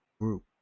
group